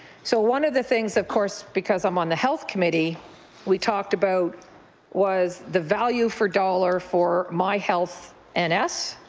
so one of the things of course because i'm on the health committee we talked about was the value for dollar for my health and